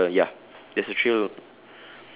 below the ya there's a trail